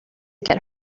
get